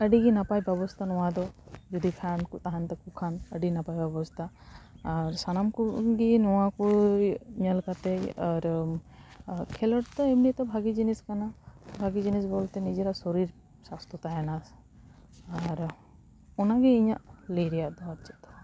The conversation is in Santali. ᱟᱹᱰᱤᱜᱮ ᱱᱟᱯᱟᱭ ᱵᱮᱵᱚᱥᱛᱟ ᱱᱚᱣᱟ ᱫᱚ ᱡᱚᱫᱤ ᱠᱷᱟᱱ ᱠᱚ ᱛᱟᱦᱮᱱ ᱛᱟᱠᱚ ᱠᱷᱟᱱ ᱟᱹᱰᱤ ᱱᱟᱯᱟᱭ ᱵᱮᱵᱚᱥᱛᱟ ᱟᱨ ᱥᱟᱱᱟᱢ ᱠᱚ ᱩᱱᱫᱤᱱ ᱱᱚᱣᱟ ᱠᱚᱭ ᱧᱮᱞ ᱠᱟᱛᱮᱫ ᱟᱨ ᱠᱷᱮᱞᱳᱰ ᱫᱚ ᱮᱢᱱᱤᱛᱮ ᱵᱷᱟᱹᱜᱤ ᱡᱤᱱᱤᱥ ᱠᱟᱱᱟ ᱵᱷᱟᱹᱜᱤ ᱡᱤᱱᱤᱥ ᱵᱳᱞᱛᱮ ᱱᱤᱡᱮᱨᱟᱜ ᱥᱚᱨᱤᱨ ᱥᱟᱥᱛᱚ ᱛᱟᱦᱮᱱᱟ ᱟᱨ ᱚᱟᱱᱜᱮ ᱤᱧᱟᱹᱜ ᱞᱟᱹᱭ ᱨᱮᱭᱟᱜ ᱫᱚ ᱟᱨ ᱪᱮᱫ ᱦᱚᱸ ᱵᱟᱝ